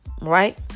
Right